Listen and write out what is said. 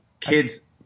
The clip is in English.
kids